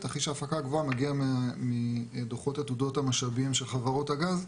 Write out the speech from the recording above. תרחיש ההפקה הגבוהה מגיע מדו"חות עתודות המשאבים של חברות הגז,